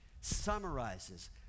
summarizes